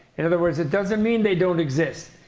in other words, it doesn't mean they don't exist.